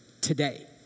today